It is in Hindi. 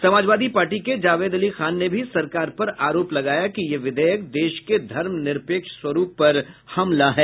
समाजवादी पार्टी के जावेद अली खान ने भी सरकार पर आरोप लगाया कि यह विधेयक देश के घर्म निरपेक्ष स्वरूप पर हमला है